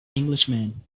englishman